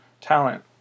talent